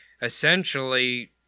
essentially